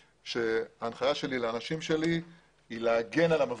ההנחיה שלי לאנשים שלי היא להגן על המפגינים.